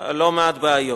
לא מעט בעיות.